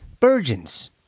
virgins